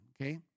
Okay